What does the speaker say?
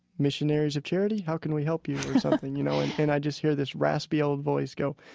missionaries of charity, how can we help you? or something, you know? and i just hear this raspy, old voice go,